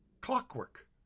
Clockwork